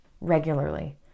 regularly